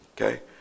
okay